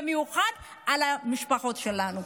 במיוחד על המשפחות שלנו.